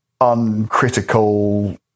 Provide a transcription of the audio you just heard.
uncritical